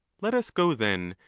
let us go, then,